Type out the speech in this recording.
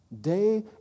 Day